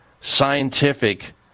scientific